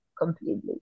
completely